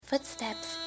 Footsteps